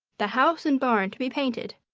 the house and barn to be painted!